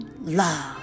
love